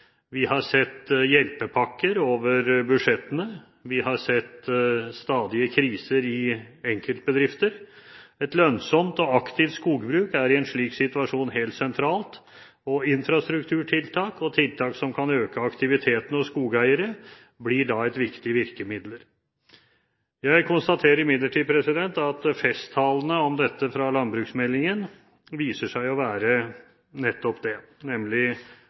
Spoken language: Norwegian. Vi har sett hjelpepakker over budsjettene. Vi har sett stadige kriser i enkeltbedrifter. Et lønnsomt og aktivt skogbruk er i en slik situasjon helt sentralt, og infrastrukturtiltak og tiltak som kan øke aktiviteten hos skogeiere, blir da et viktig virkemiddel. Jeg konstaterer imidlertid at festtalene om dette i landbruksmeldingen viser seg å være nettopp det – nemlig